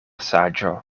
saĝo